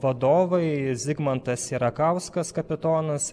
vadovai zigmantas sierakauskas kapitonas